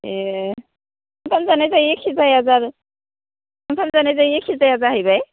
ऐ ओंखाम जानाय जायै एखे जाया जा ओंमखाम जानाय जायै एखे जाया जाहैबाय